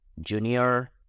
junior